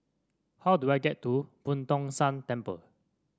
how do I get to Boo Tong San Temple